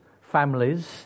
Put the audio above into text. families